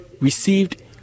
received